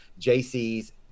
JC's